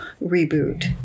reboot